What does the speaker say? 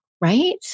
right